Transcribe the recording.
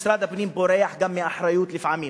משרד הפנים בורח גם מאחריות לפעמים,